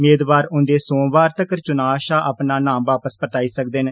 मेदवार औंदे सोमवार तक्कर चुनां शा अपना नांऽ वापस लेई सकदे न